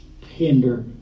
hinder